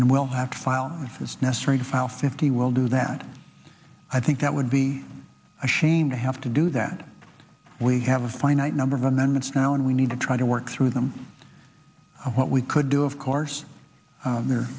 and we'll have to file if it's necessary to file fifty will do that i think that would be a shame to have to do that we have a finite number of amendments now and we need to try to work through them what we could do of course